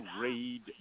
read